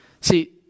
See